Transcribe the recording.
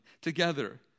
together